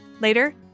Later